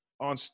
on